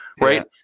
right